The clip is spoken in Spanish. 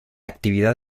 actividad